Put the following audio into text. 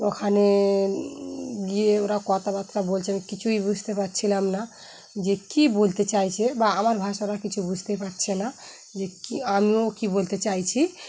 ওখানে গিয়ে ওরা কথাবার্তা বলছে আম কিছুই বুঝতে পারছিলাম না যে কী বলতে চাইছে বা আমার ভাষা ওরা কিছু বুঝতেই পারছে না যে আমিও কী বলতে চাইছি